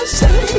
say